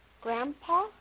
Grandpa